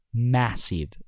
massive